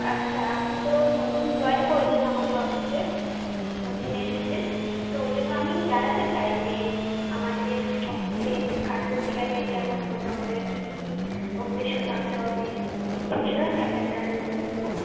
আচ্ছা আপনি তো নতুন জয়েন করেছেন আমাদের অফিসে নতুন এসেছেন তো ওই জন্য আমি জানাতে চাই যে আমাদের অফিসে কাজ করতে গেলে কেমন হতে হবে কী কী উদ্দেশ্য থাকতে হবে সে বিষয়ে আমি আপনাকে জানানোর জন্যই ফোন করেছিলাম